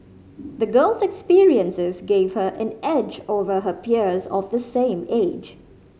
the girl's experiences gave her an edge over her peers of the same age